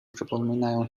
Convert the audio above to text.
przypominają